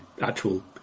actual